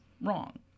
wrong